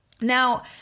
Now